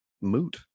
moot